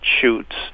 shoots